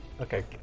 Okay